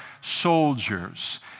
soldiers